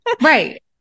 right